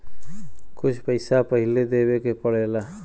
कुछ पैसा पहिले देवे के पड़ेला